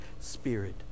Spirit